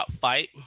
fight